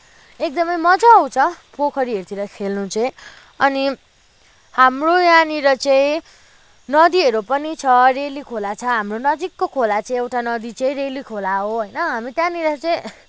एकदमै मजा आउँछ पोखरीहरूतिर खेल्नु चाहिँ अनि हाम्रो यहाँनिर चाहिँ नदीहरू पनि छ रेली खोला छ हाम्रो नजिकको खेला चाहिँ एउटा नदी चाहिँ रेली खोला हो होइन हाम्रो त्यहाँनिर चाहिँ